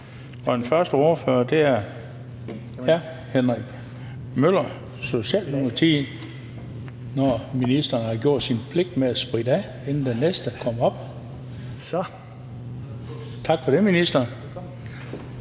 og den første ordfører er hr. Henrik Møller, Socialdemokratiet, når ministeren har gjort sin pligt med at spritte af, inden den næste kommer op på talerstolen. Tak for det, minister.